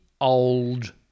old